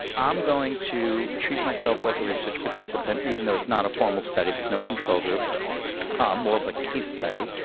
i'm going to treat myself like a research participant, even though it's not a formal study there's no control group more of a case study,